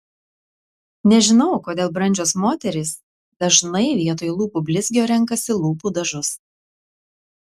nežinau kodėl brandžios moterys dažnai vietoj lūpų blizgio renkasi lūpų dažus